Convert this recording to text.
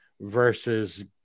versus